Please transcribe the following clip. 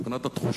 מה שהייתי